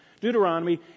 Deuteronomy